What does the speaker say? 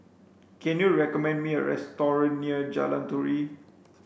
can you recommend me a near Jalan Turi